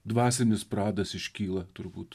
dvasinis pradas iškyla turbūt